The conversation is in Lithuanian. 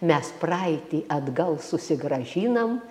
mes praeitį atgal susigrąžinam